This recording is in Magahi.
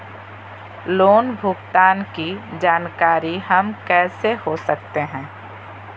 लोन भुगतान की जानकारी हम कैसे हो सकते हैं?